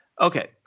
Okay